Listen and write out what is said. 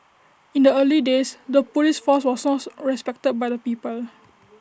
in the early days the Police force was source respected by the people